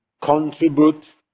contribute